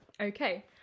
Okay